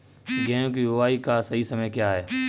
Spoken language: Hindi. गेहूँ की बुआई का सही समय क्या है?